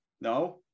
No